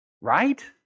Right